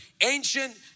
Ancient